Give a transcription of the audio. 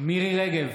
מירי מרים רגב,